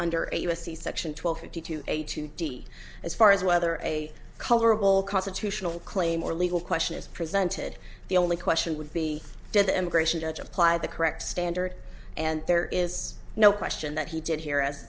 under a u s c section twelve fifty two a two d as far as whether a colorable constitutional claim or legal question is presented the only question would be did the immigration judge apply the correct standard and there is no question that he did here a